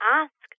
ask